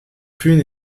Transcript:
pune